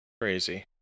Crazy